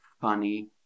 funny